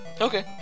Okay